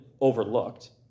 overlooked